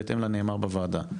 בהתאם לנאמר בוועדה.